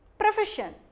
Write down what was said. profession